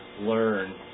learn